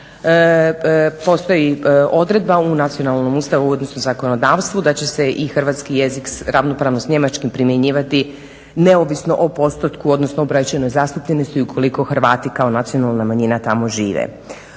postoji odredba u nacionalnom Ustavu, odnosno u zakonodavstvu da će se i hrvatski jezik ravnopravno s njemačkim primjenjivati neovisno o postotku, odnosno u praćenoj zastupljenosti ukoliko Hrvati kao nacionalna manjina tamo žive.